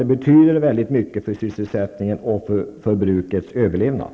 Det betyder mycket för sysselsättningen och för brukets överlevnad.